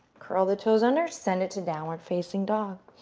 curl the toes under, send it to downward facing dog.